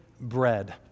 bread